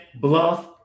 bluff